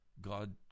God